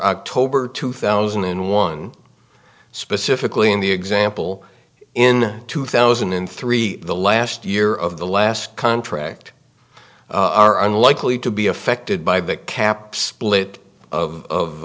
october two thousand and one specifically in the example in two thousand and three the last year of the last contract are unlikely to be affected by big caps blit of